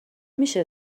میشه